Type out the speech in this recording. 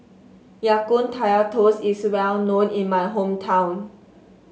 Ya Kun Kaya Toast is well known in my hometown